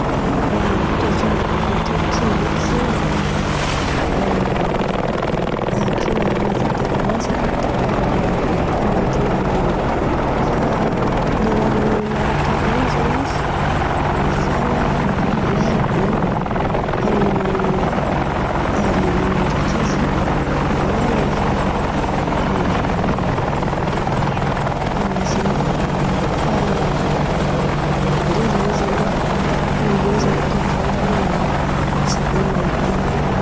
A toetrandra bôka Torikia ndraiky zen̈y, a klimà mediteranianina zen̈y ten̈a anatinan̈y io ao. Koa fa leran’ny main-tan̈y in̈y zen̈y izy, mafana aviô may be hoe. Amin’ny ririnina ndraiky izy, a malefaka. karà zey zen̈y, fa ndre zay zen̈y eo eo toetrandra aminan̈y, tsy de may be.